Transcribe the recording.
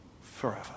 forever